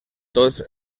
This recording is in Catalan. tots